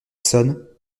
sonne